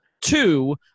two